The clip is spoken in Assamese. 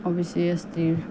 অ' বি চি এছ টিৰ